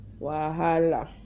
Wahala